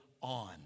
on